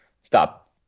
stop